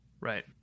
Right